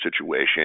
situation